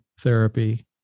therapy